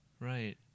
Right